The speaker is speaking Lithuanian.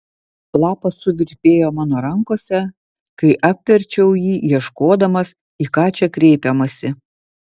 lapas suvirpėjo mano rankose kai apverčiau jį ieškodamas į ką čia kreipiamasi